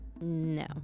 No